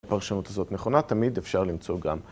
הפרשנות הזאת נכונה, תמיד אפשר למצוא גם.